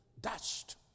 dashed